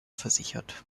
versichert